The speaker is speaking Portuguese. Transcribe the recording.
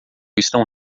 estão